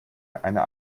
einer